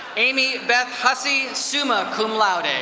amy beth hussey, summa cum laude. and